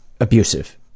abusive